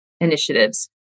initiatives